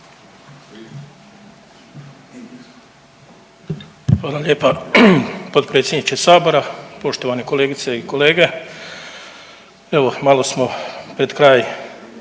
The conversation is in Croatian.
Hvala lijepa potpredsjedniče sabora, poštovane kolegice i kolege evo malo smo pred kraj